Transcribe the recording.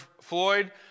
Floyd